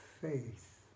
faith